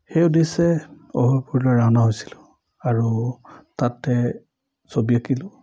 সেই উদ্দেশ্যে অভয়পুৰীলৈ ৰাওনা হৈছিলোঁ আৰু তাতে ছবি আঁকিলোঁ